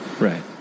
Right